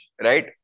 right